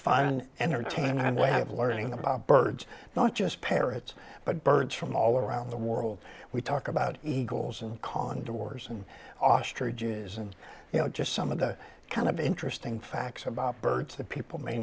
fun entertaining and way of learning about birds not just parrots but birds from all around the world we talk about eagles and kong doors and austria jews and you know just some of the kind of interesting facts about birds that people may